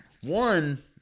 one